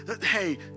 hey